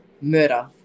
murder